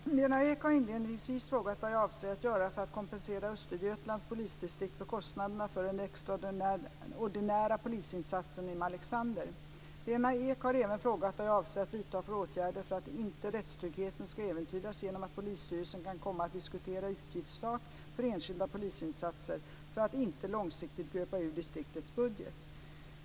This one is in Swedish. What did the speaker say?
Fru talman! Lena Ek har inledningsvis frågat vad jag avser att göra för att kompensera Östergötlands polisdistrikt för kostnaderna för den extraordinära polisinsatsen i Malexander. Lena Ek har även frågat vad jag avser att vidta för åtgärder för att inte rättstryggheten ska äventyras genom att polisstyrelser kan komma att diskutera utgiftstak för enskilda polisinsatser för att inte långsiktigt gröpa ur distriktets budget.